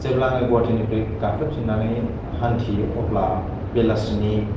जेब्ला आङो गवाहाटिनिफ्राय गाखोफिन्नानै हान्थियो अब्ला बेलासिनि